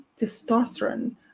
testosterone